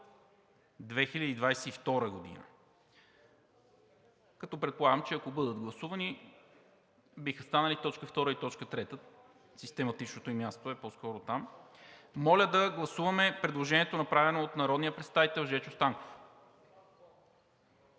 2022 г.“ Предполагам, че ако бъдат гласувани, биха станали т. 2 и т. 3. Систематичното им място е по-скоро там. Моля да гласуваме предложението, направено от народния представител Жечо Станков.